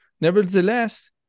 Nevertheless